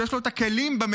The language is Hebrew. שיש לו את הכלים בממשלה,